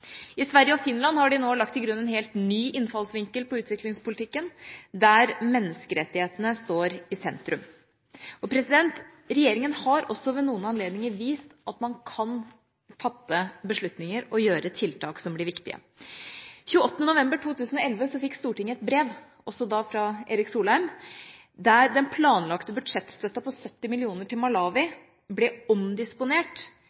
I Sverige og Finland har de nå lagt til grunn en helt ny innfallsvinkel på utviklingspolitikken, der menneskerettighetene står i sentrum. Regjeringa har også ved noen anledninger vist at den kan fatte beslutninger og gjøre tiltak som blir viktige. 28. november 2011 fikk Stortinget et brev – også da fra Erik Solheim – der den planlagte budsjettstøtta på 70 mill. kr til